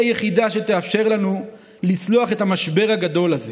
היא היחידה שתאפשר לנו לצלוח את המשבר הגדול הזה.